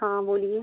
हाँ बोलिए